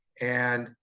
and,